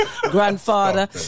grandfather